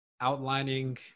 outlining